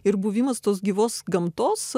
ir buvimas tos gyvos gamtos